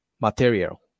material